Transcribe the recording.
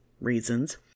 reasons